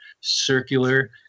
circular